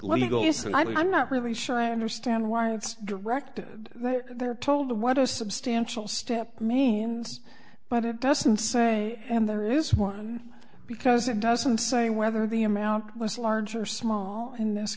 use and i'm not really sure i understand why it's directed that they're told the what a substantial step means but it doesn't say and there is one because it doesn't say whether the amount was large or small in this